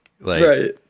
Right